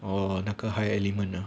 oh 那个 high element ah